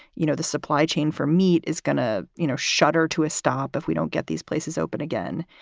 you know, the supply chain for meat is going to you know shudder to a stop if we don't get these places open again.